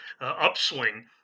upswing